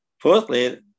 Fourthly